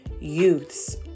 youths